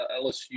LSU